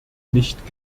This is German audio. nicht